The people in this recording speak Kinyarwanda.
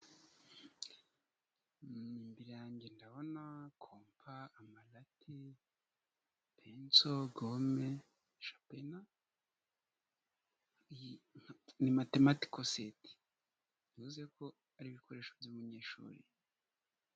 Ndabona kompa, amarati, penso, gome, shapena ni matematiko seti bivuze ko ari ibikoresho by'umunyeshuri.